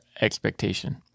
expectation